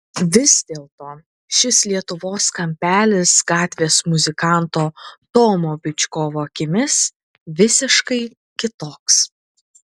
vis dėlto šis lietuvos kampelis gatvės muzikanto tomo byčkovo akimis visiškai kitoks